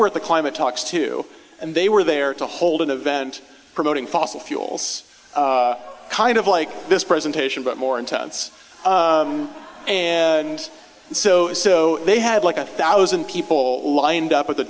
were at the climate talks too and they were there to hold an event promoting fossil fuels kind of like this presentation but more intense and so so they had like a thousand people lined up at the